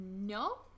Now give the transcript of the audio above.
No